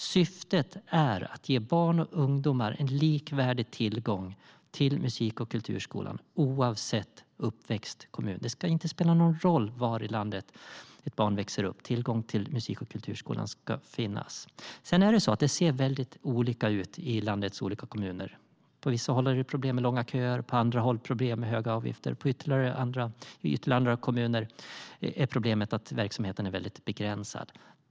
Syftet är att ge barn och ungdomar en likvärdig tillgång till musik och kulturskolan oavsett uppväxtkommun. Det ska inte spela någon roll var i landet ett barn växer upp. Tillgång till musik och kulturskolan ska finnas. Det ser olika ut i landets olika kommuner. På vissa håll är det problem med långa köer. På andra håll är det problem med höga avgifter. I ytterligare andra kommuner är problemet att verksamheten är begränsad.